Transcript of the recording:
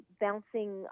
bouncing